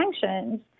sanctions